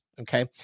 Okay